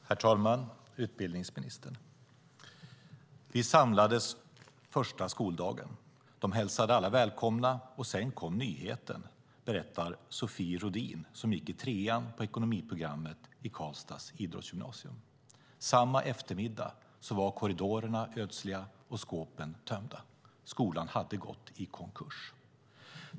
Herr talman och utbildningsministern! Vi samlades första skoldagen. De hälsade alla välkomna, och sedan kom nyheten. Det berättar Sofie Rohdin som gick i trean på ekonomiprogrammet i Karlstads idrottsgymnasium. Samma eftermiddag var korridorerna ödsliga och skåpen tömda. Skolan hade gått i konkurs.